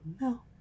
No